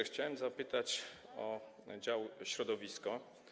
Chciałem zapytać o dział: Środowisko.